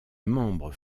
membre